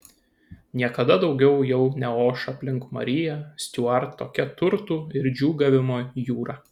niekada daugiau jau neoš aplink mariją stiuart tokia turtų ir džiūgavimo jūra